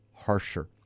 Harsher